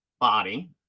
body